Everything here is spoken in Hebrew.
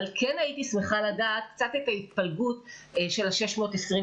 אבל כן הייתי שמחה לדעת קצת את ההתפלגות של ה-626.